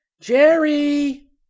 Jerry